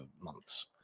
months